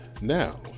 now